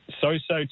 so-so